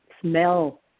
smell